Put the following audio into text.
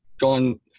gone